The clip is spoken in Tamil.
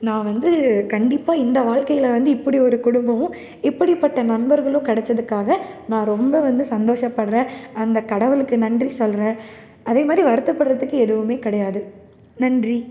நான் வந்து கண்டிப்பாக இந்த வாழ்க்கையில் வந்து இப்படி ஒரு குடும்பம் இப்படிப்பட்ட நண்பர்களும் கிடச்சதுக்காக நான் ரொம்ப வந்து சந்தோஷப்படுறேன் அந்த கடவுளுக்கு நன்றி சொல்கிறேன் அதேமாதிரி வருத்தப்படுறதுக்கு எதுவுமே கிடையாது நன்றி